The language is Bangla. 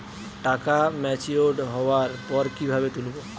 টাকা ম্যাচিওর্ড হওয়ার পর কিভাবে তুলব?